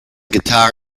guitar